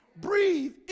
Breathe